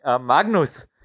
Magnus